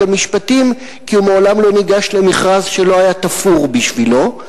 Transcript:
המשפטים כי הוא מעולם לא ניגש למכרז שלא היה תפור בשבילו.